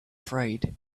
afraid